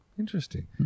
Interesting